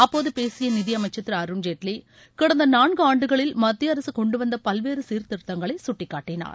அப்போது பேசிய நிதியமைச்சர் திரு அருண்ஜேட்லி கடந்த நான்கு ஆண்டுகளில் மத்திய அரசு கொண்டு வந்த பல்வேறு சீர்திருத்தங்களை சுட்டிக்காட்டினார்